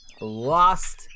Lost